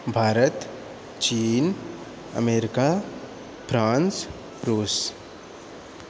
भारत चीन America France रूस